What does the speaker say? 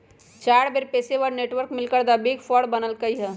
चार बड़ पेशेवर नेटवर्क मिलकर द बिग फोर बनल कई ह